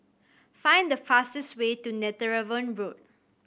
find the fastest way to Netheravon Road